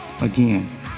Again